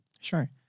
Sure